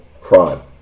crime